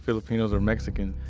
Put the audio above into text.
filipinos or mexican.